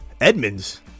Edmonds